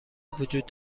وجود